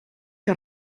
que